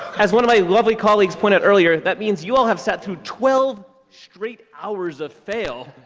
as one of my lovely colleagues pointed earlier that means you all have sat through twelve straight hours of fail,